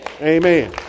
Amen